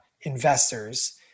investors